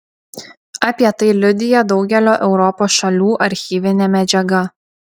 apie tai liudija daugelio europos šalių archyvinė medžiaga